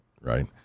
right